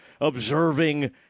observing